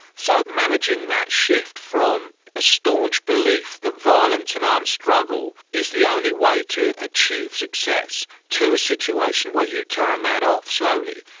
so managing that shift from a staunch belief that violence and armed um struggle is the only way to achieve success, to a situation where you turn that off slowly,